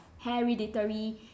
hereditary